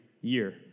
year